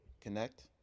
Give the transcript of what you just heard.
Connect